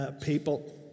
People